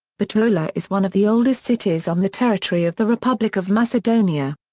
bitola is one of the oldest cities on the territory of the republic of macedonia.